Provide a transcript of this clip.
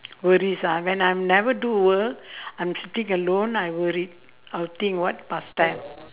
worries ah when I never do work I'm sitting alone I worried I'll think what pass time